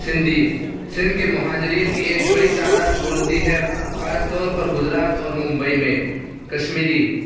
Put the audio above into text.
سندھی سندھ کے مہاجرین کی ایک بڑی تعداد بولتی ہے خاص طور پر گجرات اور ممبئی میں کشمیری